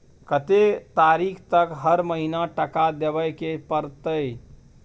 कत्ते तारीख तक हर महीना टका देबै के परतै?